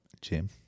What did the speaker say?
Jim